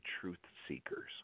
truth-seekers